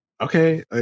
Okay